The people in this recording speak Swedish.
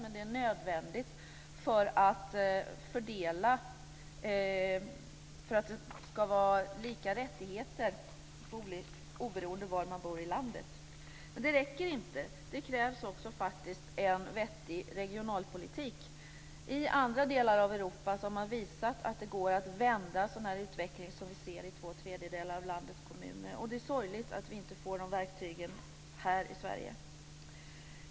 Men det är nödvändigt för att det ska vara lika rättigheter oberoende av var man bor i landet. Men det räcker inte. Det krävs faktiskt också en vettig regionalpolitik. I andra delar av Europa har man visat att det går att vända en sådan utveckling som vi ser i två tredjedelar av landets kommuner. Det är sorgligt att vi inte får de verktygen här i Sverige.